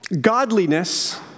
Godliness